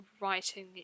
writing